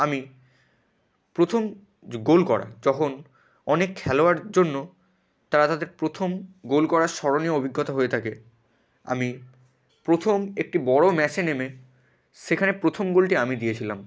আমি প্রথম যে গোল করা যখন অনেক খেলোয়াড় জন্য তারা তাদের প্রথম গোল করার স্মরণীয় অভিজ্ঞতা হয়ে থাকে আমি প্রথম একটি বড় ম্যাচে নেমে সেখানে প্রথম গোলটি আমি দিয়েছিলাম